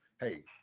hey